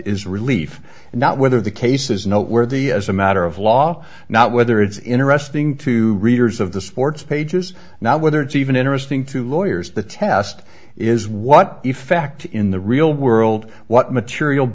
is relief and not whether the case is noteworthy as a matter of law not whether it's interesting to readers of the sports pages now whether it's even interesting to lawyers the test is what if fact in the real world what material